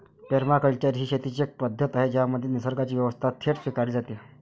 permaculture ही शेतीची एक पद्धत आहे ज्यामध्ये निसर्गाची व्यवस्था थेट स्वीकारली जाते